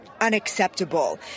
unacceptable